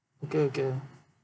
okay okay